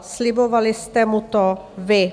Slibovali jste mu to vy.